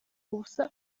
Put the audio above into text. ubusa